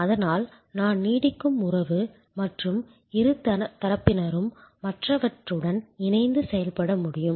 அதனால் நான் நீடிக்கும் உறவு மற்றும் இரு தரப்பினரும் மற்றவற்றுடன் இணைந்து செயல்பட முடியும்